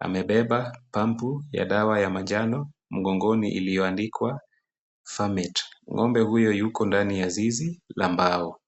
Amebeba pampu ya dawa ya manjano mgongoni iliyoandikwa fermet , ng'ombe huyo yuko ndani ya zizi la mbao.